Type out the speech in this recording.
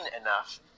enough